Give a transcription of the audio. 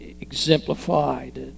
exemplified